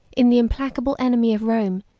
in the implacable enemy of rome,